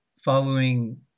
following